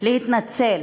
להתנצל